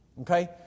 Okay